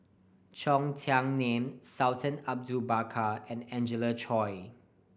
Cheng Tsang Man Sultan Abu Bakar and Angelina Choy